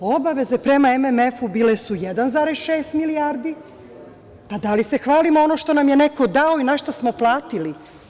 Obaveze prema MMF bile su 1,6 milijardi, pa da li se hvalimo ono što nam je neko dao i na šta smo platili?